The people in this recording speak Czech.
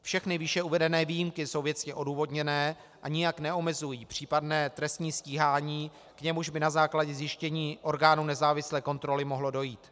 Všechny výše uvedené výjimky jsou věcně odůvodněné a nijak neomezují případné trestní stíhání, k němuž by na základě zjištění orgánů nezávislé kontroly mohlo dojít.